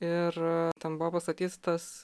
ir ten buvo pastatytas